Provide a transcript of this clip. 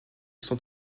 sont